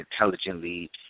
intelligently